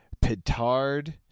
Petard